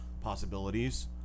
possibilities